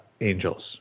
angels